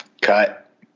Cut